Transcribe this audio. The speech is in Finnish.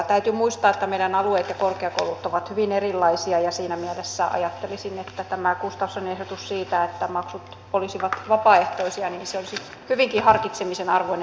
täytyy muistaa että meidän alueet ja korkeakoulut ovat hyvin erilaisia ja siinä mielessä ajattelisin että tämä gustafssonin ehdotus siitä että maksut olisivat vapaaehtoisia olisi hyvinkin harkitsemisen arvoinen asia